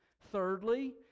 Thirdly